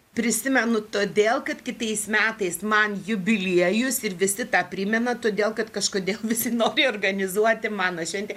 prisimenu todėl kad kitais metais man jubiliejus ir visi tą primena todėl kad kažkodėl visi nori organizuoti mano šventę